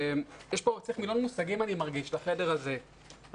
אני מרגיש שבחדר הזה צריך מילון מושגים